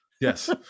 Yes